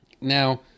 Now